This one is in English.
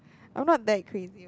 I'm not that crazy